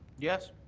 yes.